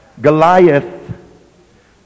Goliath